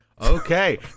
Okay